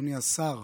אדוני השר,